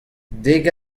dek